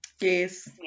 Yes